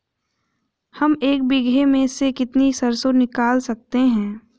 हम एक बीघे में से कितनी सरसों निकाल सकते हैं?